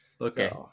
okay